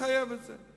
מחייבת את זה.